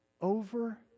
over